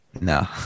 No